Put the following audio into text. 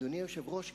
אדוני היושב-ראש,